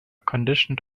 conditioned